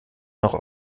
noch